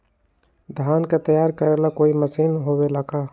धान के तैयार करेला कोई मशीन होबेला का?